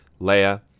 Leia